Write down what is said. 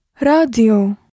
Radio